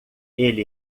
ele